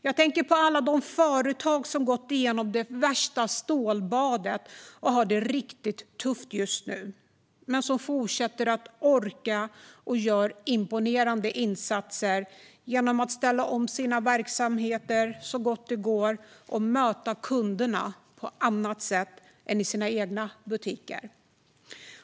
Jag tänker på alla företag som har gått igenom det värsta stålbadet och som har det riktigt tufft just nu men som fortsätter att orka. De gör imponerande insatser genom att ställa om sina verksamheter så gott det går och möta kunderna på andra sätt än i sina egna butiker.